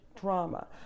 drama